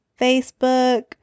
Facebook